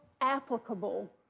applicable